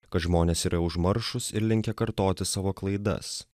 kad žmonės yra užmaršūs ir linkę kartoti savo klaidas